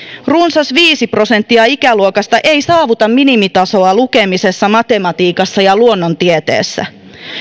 runsas viisi prosenttia ikäluokasta ei saavuta minimitasoa lukemisessa matematiikassa ja luonnontieteissä